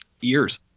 years